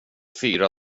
fyra